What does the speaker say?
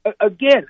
Again